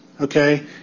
Okay